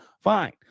fine